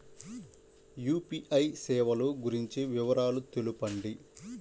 UPI సేవలు గురించి వివరాలు తెలుపండి?